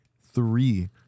three